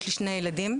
יש לי שני ילדים.